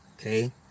okay